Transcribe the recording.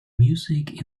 music